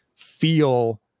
feel